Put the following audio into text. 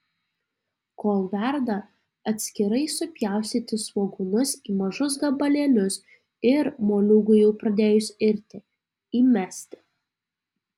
kol verda atskirai supjaustyti svogūnus į mažus gabalėlius ir moliūgui jau pradėjus irti įmesti